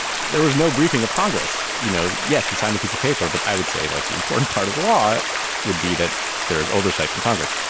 there was no briefing of congress. you know, yes, he signed a piece of paper. but i would say, like the important part of the law would be that there is oversight from congress,